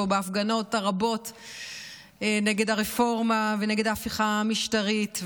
בהפגנות הרבות נגד הרפורמה ונגד ההפיכה המשטרית.